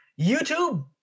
YouTube